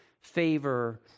favor